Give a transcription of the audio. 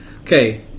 Okay